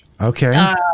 Okay